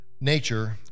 nature